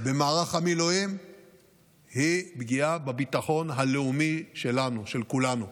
במערך המילואים היא פגיעה בביטחון הלאומי של כולנו.